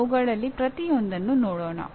ಅವುಗಳಲ್ಲಿ ಪ್ರತಿಯೊಂದನ್ನು ನೋಡೋಣ